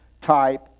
type